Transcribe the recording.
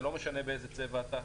זה לא משנה באיזה צבע אתה,